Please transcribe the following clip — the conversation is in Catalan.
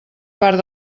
part